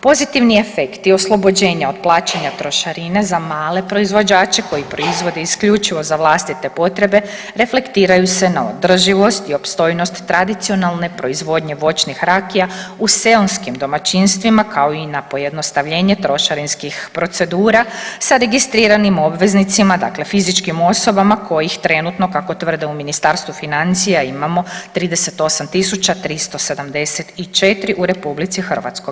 Pozitivi efekti oslobođenja od plaćanja trošarine za male proizvođače koji proizvode isključivo za vlastite potrebe reflektiraju se na održivost i opstojnost tradicionalne proizvodnje voćnih rakija u seoskim domaćinstvima, kao i na pojednostavljenje trošarinskih procedura sa registriranim obveznicima, dakle fizičkim osobama kojih trenutno kako tvrde u Ministarstvu financija imamo 38.374 u RH.